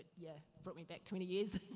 yeah brought me back twenty years.